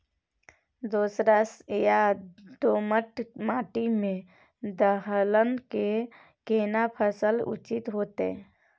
दोरस या दोमट माटी में दलहन के केना फसल उचित होतै?